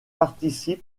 participe